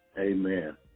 Amen